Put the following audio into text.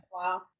wow